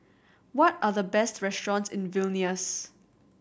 what are the best restaurants in Vilnius